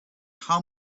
how